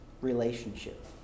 Relationship